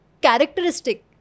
characteristic